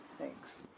thanks